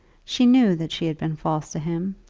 she knew that she had been false to him,